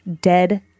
dead